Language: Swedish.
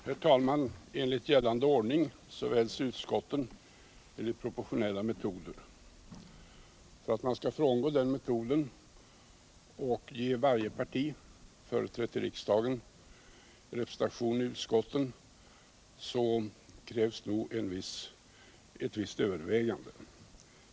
Herr talman! Enligt gällande ordning väljs utskotten enligt proportionella metoder. Innan man frångår den metoden och ger varje parti, företrätt i riksdagen, representation i utskotten krävs ett visst övervägande.